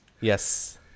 Yes